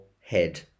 head